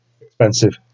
Expensive